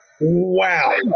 Wow